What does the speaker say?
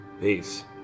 peace